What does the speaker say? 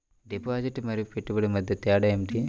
Deposit మరియు పెట్టుబడి మధ్య తేడా ఏమిటి?